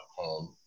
home